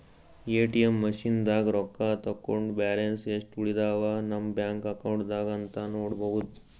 ATM ಮಷಿನ್ದಾಗ್ ರೊಕ್ಕ ತಕ್ಕೊಂಡ್ ಬ್ಯಾಲೆನ್ಸ್ ಯೆಸ್ಟ್ ಉಳದವ್ ನಮ್ ಬ್ಯಾಂಕ್ ಅಕೌಂಟ್ದಾಗ್ ಅಂತಾನೂ ನೋಡ್ಬಹುದ್